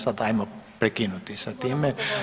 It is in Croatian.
Sad ajmo prekinuti sa time.